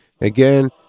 again